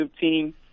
team